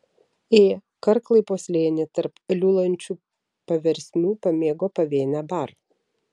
ė karklai po slėnį tarp liulančių paversmių pamėgo pavėnę bar